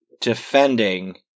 defending